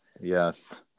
Yes